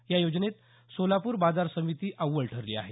या योजनेत सोलापूर बाजार समिती अव्वल ठरली आहे